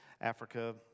Africa